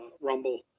Rumble